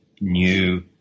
new